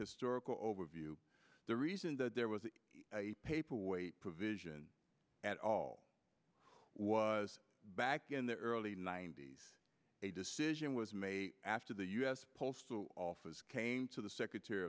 historical overview the reason that there was a paperweight provision at all was back in the early ninety's a decision was made after the us post office came to the secretary